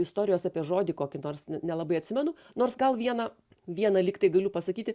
istorijos apie žodį kokį nors nelabai atsimenu nors gal vieną vieną lyg tai galiu pasakyti